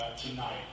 tonight